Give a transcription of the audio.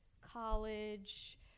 college